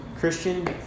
Christian